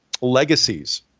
legacies